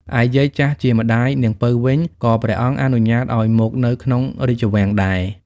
ឯយាយ ចាស់ជាម្ដាយនាងពៅវិញ ក៏ព្រះអង្គអនុញ្ញាតឱ្យមកនៅក្នុងរាជវាំងដែរ។